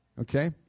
Okay